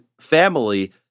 family